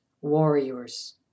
warriors